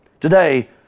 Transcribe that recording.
Today